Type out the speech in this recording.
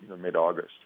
mid-August